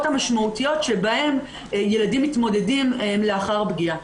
המשמעותיות שבהן ילדים מתמודדים לאחר הפגיעה.